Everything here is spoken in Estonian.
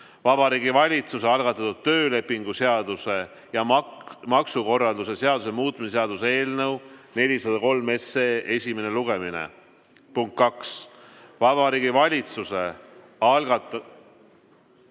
Vabariigi Valitsuse algatatud töölepingu seaduse ja maksukorralduse seaduse muutmise seaduse eelnõu 403 esimene lugemine. Punkt kaks, Vabariigi Valitsuse algatatud